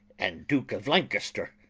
and duke of lancaster,